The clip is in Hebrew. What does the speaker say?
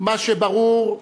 מה שברור הוא